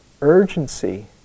urgency